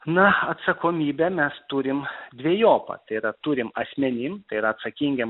na atsakomybę mes turim dvejopą tai yra turim asmenim tai yra atsakingiem